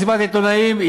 מסיבת עיתונאים,